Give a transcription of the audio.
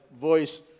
voice